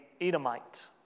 Edomite